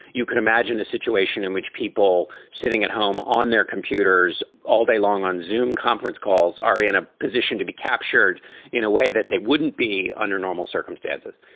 you could imagine a situation in which people sitting at home on their computers all day long on xoom conference calls are in a position to be captured in a way that they wouldn't be under normal circumstances.